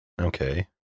okay